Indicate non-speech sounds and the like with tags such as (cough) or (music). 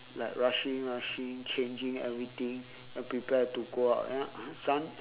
like rushing rushing changing everything and prepare to go out and (noise) sun